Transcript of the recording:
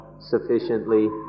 sufficiently